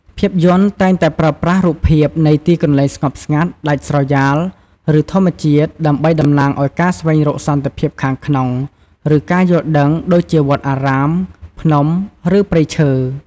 ភាពយន្តតែងតែប្រើប្រាស់រូបភាពនៃទីកន្លែងស្ងប់ស្ងាត់ ដាច់ស្រយាល ឬធម្មជាតិ ដើម្បីតំណាងឱ្យការស្វែងរកសន្តិភាពខាងក្នុង និងការយល់ដឹងដូចជាវត្តអារាម ភ្នំ ឬព្រៃឈើ។